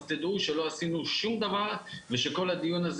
אז תדעו שלא עשינו שום דבר ושכל הדיון הזה